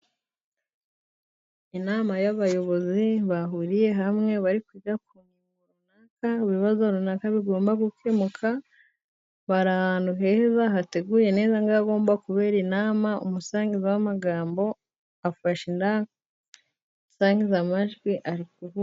Inama y'abayobozi bahuriye hamwe, bari kwiga ku bintu runaka, ibibazo runaka bigomba gukemuka, bari ahantu heza hateguye neza, nk'ahagomba kubera inama umusangiza w'amagambo afashe indangururamajwi ari kuvuga.